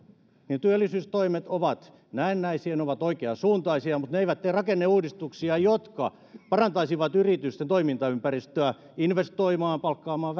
ne työllisyystoimet ovat näennäisiä ne ovat oikeansuuntaisia mutta ne eivät tee rakenneuudistuksia jotka parantaisivat yritysten toimintaympäristöä investoimaan palkkaamaan